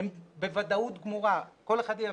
הם בוודאות גמורה, שכל אחד יבין,